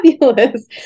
fabulous